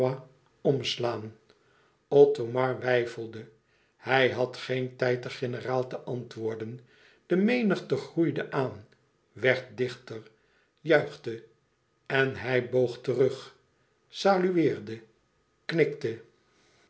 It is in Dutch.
om slaan othomar weifelde hij had geen tijd den generaal te antwoorden de menigte groeide aan werd dichter juichte en hij boog terug salueerde knikte